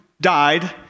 died